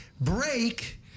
Break